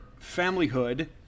familyhood